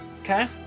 Okay